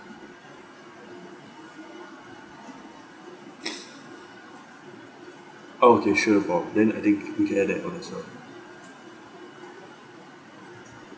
okay sure no problem then I think we get that one as well